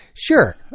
Sure